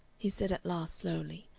he said at last slowly,